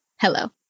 Hello